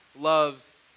loves